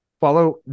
follow